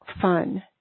fun